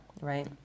right